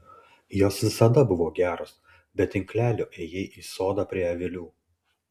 jos visada buvo geros be tinklelio ėjai į sodą prie avilių